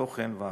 התוכן וההפקות.